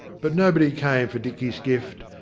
but nobody came for dicky's gift,